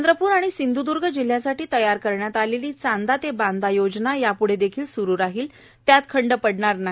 चंद्रपूर आणि सिंधूद्र्ग जिल्ह्यासाठी तयार करण्यात आलेली चांदा ते बांदा योजना याप्ढे देखील सुरू राहील त्यात खंड पडणार नाही